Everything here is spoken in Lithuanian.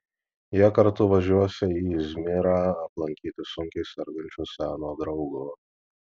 jie kartu važiuosią į izmyrą aplankyti sunkiai sergančio seno draugo